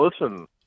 listen